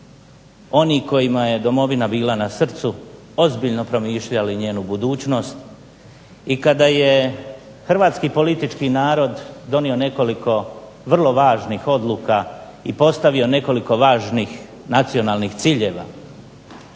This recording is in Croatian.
oni kojima je Domovina bila na srcu ozbiljno promišljali njenu budućnost i kada je hrvatski politički narod donio nekoliko vrlo važnih odluka i postavio nekoliko važnih nacionalnih ciljeva.